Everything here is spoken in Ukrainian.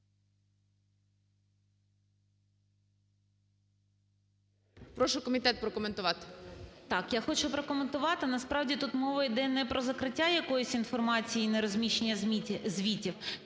Прошу комітет прокоментувати.